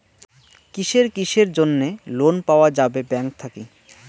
কিসের কিসের জন্যে লোন পাওয়া যাবে ব্যাংক থাকি?